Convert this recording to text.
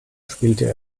spielte